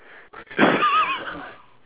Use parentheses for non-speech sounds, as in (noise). (laughs)